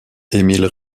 emil